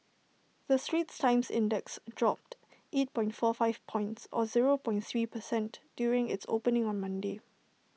the straits times index dropped eight point four five points or zero point three per cent during its opening on Monday